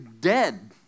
dead